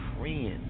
friends